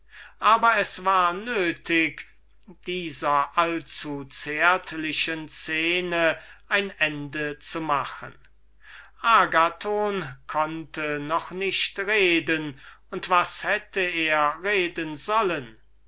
aber es war notwendig dieser allzuzärtlichen szene ein ende zu machen agathon konnte noch nicht reden und was hätte er reden sollen